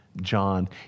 John